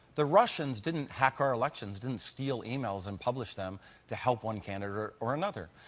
the russians didn't hack our elections, didn't steal emails and publish them to help one candidate or another.